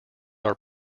are